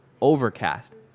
overcast